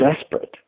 desperate